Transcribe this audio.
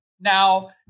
now